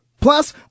Plus